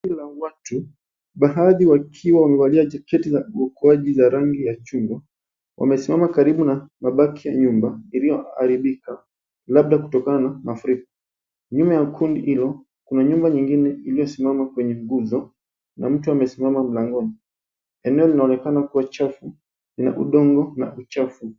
Kundi la watu, baadhi wakiwa wamevalia jaketi za uokoaji za rangi ya chungwa, wamesimama karibu na mabaki ya nyumba iliyoharibika labda kutokana na furiko. kundi hilo, kuna nyumba nyingine iliyosimama kwenye nguzo na mtu amesimama mlangoni. Eneo linaonekana kuwa chafu ya udongo na uchafu.